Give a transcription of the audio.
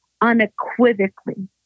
unequivocally